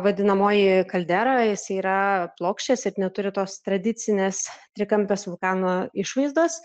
vadinamoji kaldera jis yra plokščias ir neturi tos tradicinės trikampės vulkano išvaizdos